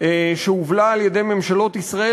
שהובלה על-ידי ממשלות ישראל,